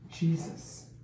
Jesus